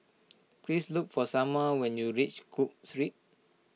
please look for Salma when you reach Cook Street